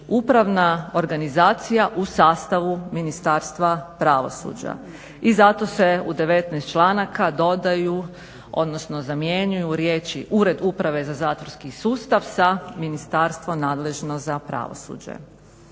upravna organizacija u sastavu Ministarstva pravosuđa. I zato se u 19 članaka dodaju odnosno zamjenjuju riječi: "ured uprave za zatvorski sustav" sa "ministarstvo nadležno za pravosuđe".